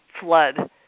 flood